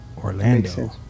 Orlando